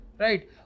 Right